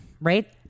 right